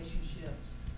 relationships